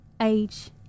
age